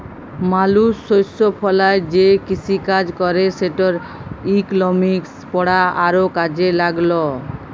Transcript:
মালুস শস্য ফলায় যে কিসিকাজ ক্যরে সেটর ইকলমিক্স পড়া আরও কাজে ল্যাগল